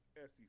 SEC